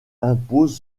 impose